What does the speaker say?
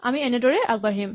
আমি এনেদৰেই আগবাঢ়িম